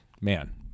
man